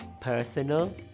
Personal